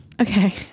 Okay